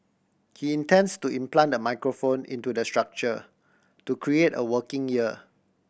he intends to implant the microphone into the structure to create a working ear